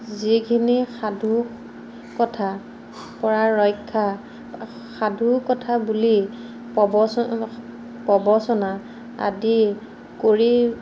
যিখিনি সাধু কথা পৰা ৰক্ষা সাধু কথা বুলি পবচনা আদি কৰি